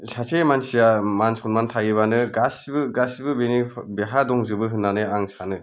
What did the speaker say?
सासे मानसिया मान सनमान थायोबानो गासिबो गासिबो बेनि बेहा दंजोबो होननानै आं सानो